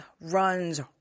runs